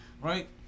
right